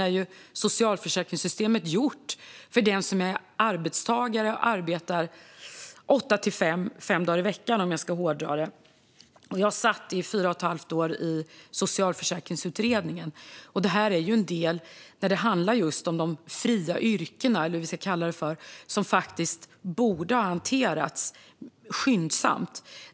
Därför är socialförsäkringssystemet egentligen gjort för dem som är arbetstagare och arbetar 8 till 5 fem dagar i veckan, om jag ska hårdra det. Jag satt fyra och ett halvt år i Socialförsäkringsutredningen. Här handlar det just om de fria yrkena, eller vad vi ska kalla dem, som faktiskt borde ha hanterats skyndsamt.